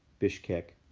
bishkek,